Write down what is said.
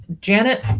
Janet